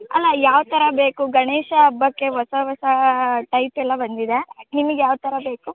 ಅಲ್ಲ ಯಾವ ಥರ ಬೇಕು ಗಣೇಶ ಹಬ್ಬಕ್ಕೆ ಹೊಸ ಹೊಸ ಟೈಪ್ ಎಲ್ಲ ಬಂದಿದೆ ನಿಮಿಗೆ ಯಾವ ಥರ ಬೇಕು